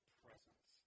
presence